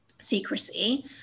secrecy